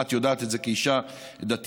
ואת יודעת את זה כאישה דתייה,